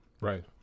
Right